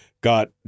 got